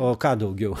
o ką daugiau